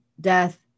death